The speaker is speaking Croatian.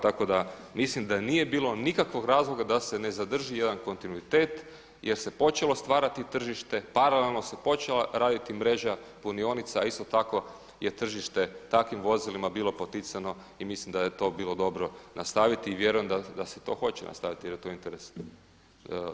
Tako da mislim da nije bilo nikakvog razloga da se ne zadrži jedan kontinuitet jer se počelo stvarati tržište, paralelno se počela raditi mreža punionica, a isto tako je tržište takvim vozilima bilo poticano i mislim da je to bilo dobro nastaviti i vjerujem da se to hoće nastaviti jer je to interes države za to.